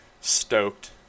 stoked